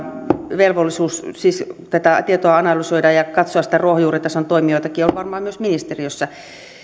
velvollisuus analysoida tätä tietoa ja katsoa ruohonjuuritason toimijoitakin on myös ministeriössä